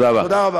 תודה רבה.